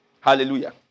Hallelujah